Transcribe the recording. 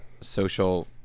social